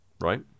right